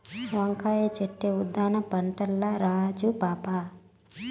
వంకాయ చెట్లే ఉద్దాన పంటల్ల రాజు పాపా